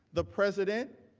the president,